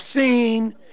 seen